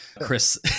Chris